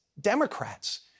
Democrats